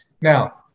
Now